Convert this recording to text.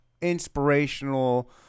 inspirational